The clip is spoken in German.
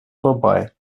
vorbei